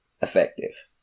effective